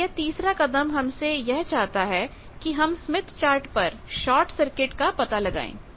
तो यह तीसरा कदम हमसे यह चाहता है कि हम स्मिथ चार्ट पर शार्ट सर्किट का पता लगाएं